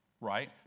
Right